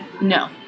No